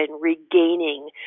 regaining